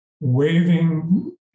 waving